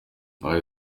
yagize